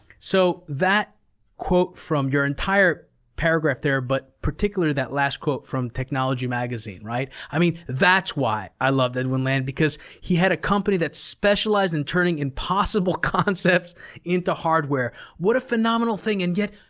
so, that quote from your entire paragraph there, but particularly that last quote from technology magazine, right? i mean, that's why i love edwin land, because he had a company that specialized in turning impossible concepts into hardware. what a phenomenal thing. and yet,